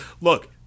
look